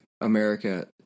America